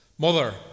Mother